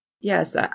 yes